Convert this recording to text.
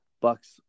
Bucks